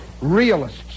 realists